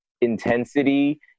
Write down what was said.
intensity